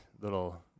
little –